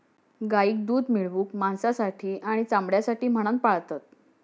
गाईक दूध मिळवूक, मांसासाठी आणि चामड्यासाठी म्हणान पाळतत